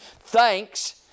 thanks